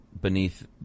beneath